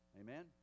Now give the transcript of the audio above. Amen